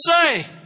say